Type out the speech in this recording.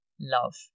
love